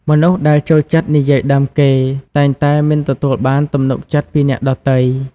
មនុស្សដែលចូលចិត្តនិយាយដើមគេ តែងតែមិនទទួលបានទំនុកចិត្តពីអ្នកដទៃ។